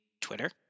Twitter